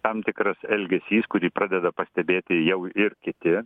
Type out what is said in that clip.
tam tikras elgesys kurį pradeda pastebėti jau ir kiti